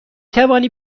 توانی